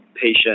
patient